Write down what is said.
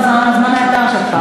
זה על חשבון הזמן היקר שלך.